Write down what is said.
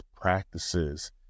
practices